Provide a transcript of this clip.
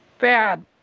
Bad